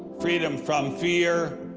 freedom from fear,